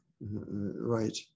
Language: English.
right